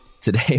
Today